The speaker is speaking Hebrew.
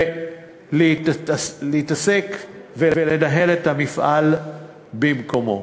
ולהתעסק ולנהל את המפעל במקומו.